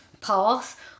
path